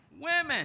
women